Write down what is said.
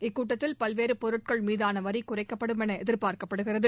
இக்கூட்டத்தில் பல்வேறு பொருட்கள் மீதான வரி குறைக்கப்படுமென எதிர்ப்பார்க்கப்படுகிறது